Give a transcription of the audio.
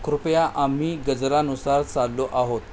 कृपया आम्ही गजरानुसार चाललो आहोत